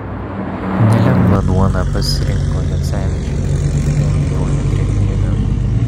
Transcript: nelengvą duoną pasirinko jocevičiai neabejoja drėgvienė